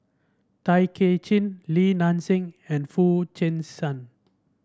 Tay Kay Chin Li Nanxing and Foo Chee San